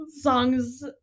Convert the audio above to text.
songs